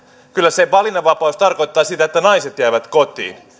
se valinnanvapaus tarkoittaa sitä että naiset jäävät kotiin